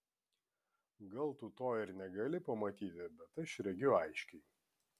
gal tu to ir negali pamatyti bet aš regiu aiškiai